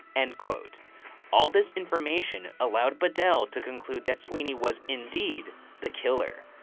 and all this information allowed badal to conclude that sweeney was indeed the killer,